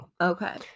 Okay